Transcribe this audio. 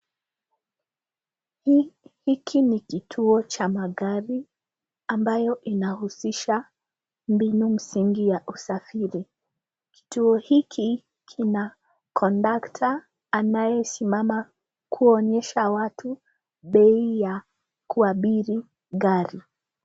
Hiki ni kituo cha magari, ambayo inahusisha mbinu msingi ya usafiri. Kituo hiki kina kondakta anayesimama kuonyesha watu bei ya kuabiri gari.